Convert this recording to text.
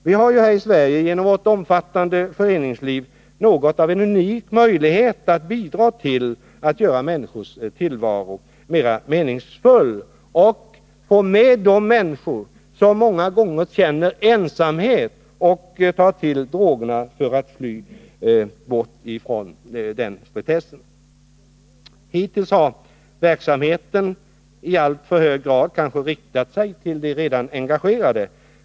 Vi har här i Sverige genom vårt omfattande föreningsliv något av en unik möjlighet att bidra till att göra människors tillvaro mera meningsfull och få med de människor som många gånger känner ensamhet och tar till drogerna för att fly bort från tristessen. Hittills har verksamheten kanske i alltför hög grad riktat sig till de redan engagerade.